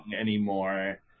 anymore